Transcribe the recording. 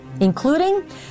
including